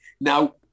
Now